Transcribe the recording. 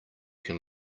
can